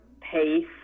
pace